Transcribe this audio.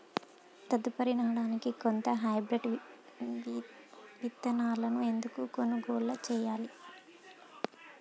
తదుపరి నాడనికి కొత్త హైబ్రిడ్ విత్తనాలను ఎందుకు కొనుగోలు చెయ్యాలి?